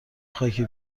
خاکی